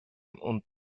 und